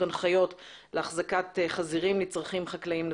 הנחיות להחזקת חזירים לצרכים חקלאיים.